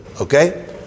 Okay